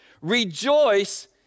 Rejoice